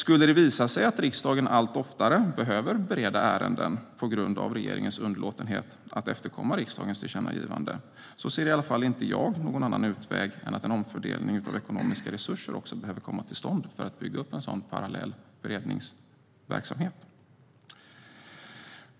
Skulle det visa sig att riksdagen allt oftare behöver bereda ärenden på grund av regeringens underlåtenhet att efterkomma riksdagens tillkännagivanden ser i alla fall inte jag någon annan utväg än att en omfördelning av ekonomiska resurser också behöver komma till stånd för att bygga upp en sådan parallell beredningsverksamhet.